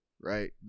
right